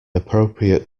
appropriate